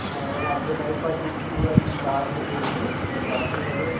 हाँ और आपको नाइट पार्टीज़ के लिए हम बार भी दे देंगे मतलब बार भी है